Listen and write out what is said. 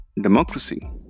democracy